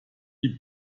die